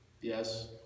yes